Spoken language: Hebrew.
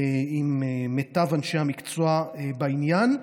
ממיטב אנשי המקצוע בעניין.